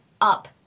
up